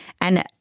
and-